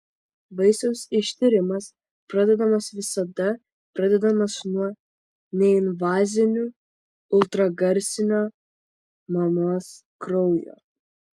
vaisiaus ištyrimas pradedamas visada pradedamas nuo neinvazinių ultragarsinio mamos kraujo